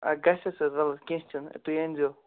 آ گَژھیٚس حظ وَلہٕ کیٚنٛہہ چھُ نہٕ تُہۍ أنۍزیٚو